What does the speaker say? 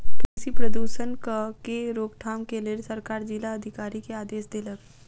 कृषि प्रदूषणक के रोकथाम के लेल सरकार जिला अधिकारी के आदेश देलक